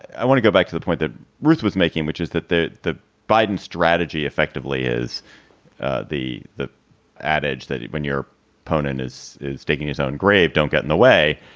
i want to go back to the point that ruth was making, which is that the the biden strategy effectively is the the adage that when your opponent is is staking his own grave, don't get in the way.